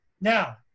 now